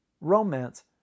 romance